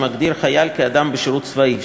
שמגדיר חייל כ"אדם בשירות צבאי".